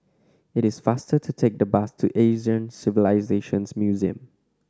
it is faster to take the bus to Asian Civilisations Museum